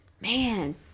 man